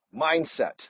mindset